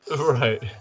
Right